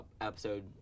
episode